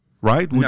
right